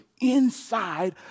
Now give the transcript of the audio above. inside